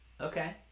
Okay